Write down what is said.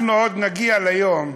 אנחנו עוד נגיע ליום,